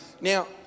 now